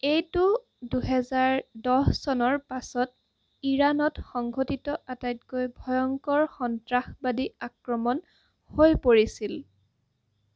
এইটো দুহেজাৰ দহ চনৰ পাছত ইৰাণত সংঘটিত আটাইতকৈ ভয়ংকৰ সন্ত্ৰাসবাদী আক্ৰমণ হৈ পৰিছিল